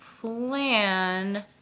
plan